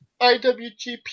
IWGP